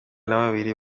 nababiri